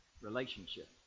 relationship